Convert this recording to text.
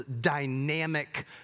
dynamic